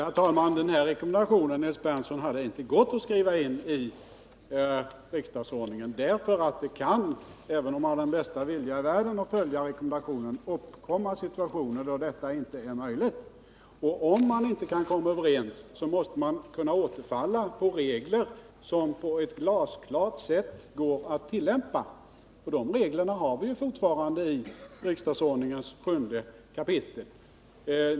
Herr talman! Det hade, Nils Berndtson, inte gått att skriva in den här rekommendationen i riksdagsordningen därför att det — även om man visar den bästa viljan i världen — kan uppkomma situationer då man inte kan följa rekommendationen. Om man inte kan komma överens måste man kunna falla tillbaka på regler som på ett glasklart sätt går att tillämpa, och de reglerna har vi fortfarande i riksdagsordningen 7 kap.